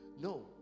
No